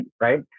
right